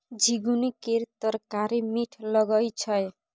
झिगुनी केर तरकारी मीठ लगई छै